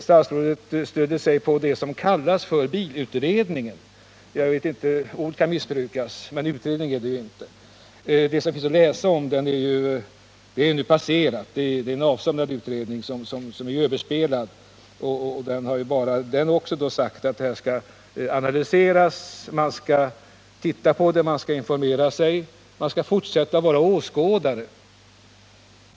Statsrådet stöder sig på det som kallas bilindustriutredningen. Ordet kan missbrukas, men utredning är det ju inte fråga om. Det är någonting avsomnat och överspelat. Man sade bara att frågan skall analyseras, att man skall se på saken och informera sig. Man skall fortsätta att vara åskådare.